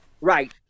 Right